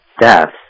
deaths